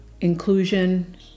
inclusion